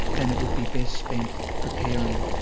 and it would be best spent preparing.